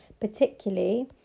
particularly